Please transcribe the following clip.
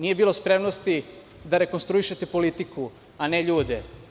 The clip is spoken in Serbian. Nije bilo spremnosti da rekonstruišete politiku, a ne ljude.